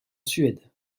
suède